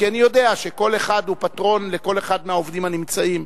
כי אני יודע שכל אחד הוא פטרון לכל אחד מהעובדים הנמצאים.